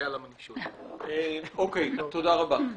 --- תודה רבה.